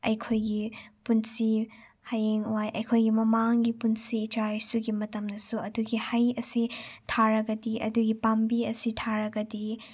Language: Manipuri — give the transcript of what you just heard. ꯑꯩꯈꯣꯏꯒꯤ ꯄꯨꯟꯁꯤ ꯍꯌꯦꯡꯋꯥꯏ ꯑꯩꯈꯣꯏꯒꯤ ꯃꯃꯥꯡꯒꯤ ꯄꯨꯟꯁꯤ ꯏꯆꯥ ꯏꯁꯨꯒꯤ ꯃꯇꯝꯗꯁꯨ ꯑꯗꯨꯒꯤ ꯍꯩ ꯑꯁꯤ ꯊꯥꯔꯒꯗꯤ ꯑꯗꯨꯒꯤ ꯄꯥꯝꯕꯤ ꯑꯁꯤ ꯊꯥꯔꯒꯗꯤ